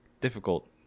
Difficult